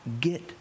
get